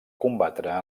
combatre